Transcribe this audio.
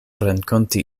renkonti